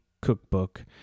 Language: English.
cookbook